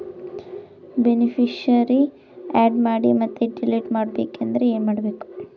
Beneficiary, add ಮಾಡಿ ಮತ್ತೆ delete ಮಾಡಬೇಕೆಂದರೆ ಏನ್ ಮಾಡಬೇಕು?